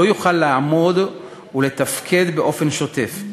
לא יוכל לעמוד ולתפקד באופן שוטף.